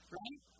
right